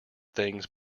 things